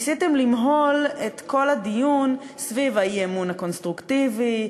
ניסיתם למהול את כל הדיון סביב האי-אמון הקונסטרוקטיבי,